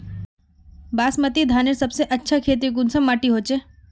बासमती धानेर सबसे अच्छा खेती कुंसम माटी होचए?